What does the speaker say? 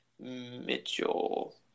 Mitchell